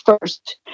first